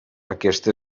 aquesta